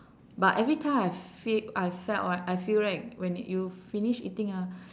but every time I feel I felt right I feel right when you finish eating ah